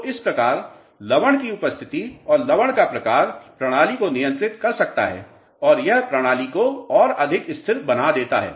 तो इस प्रकार लवण की उपस्थिति और लवण का प्रकार प्रणाली को नियंत्रित कर सकता है और यह प्रणाली को और अधिक स्थिर बना देता है